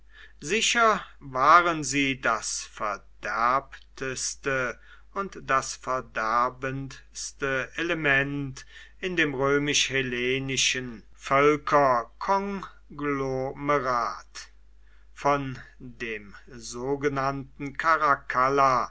sicher waren sie das verderbteste und das verderbendste element in dem römisch hellenischen völkerkonglomerat von dem sogenannten